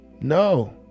No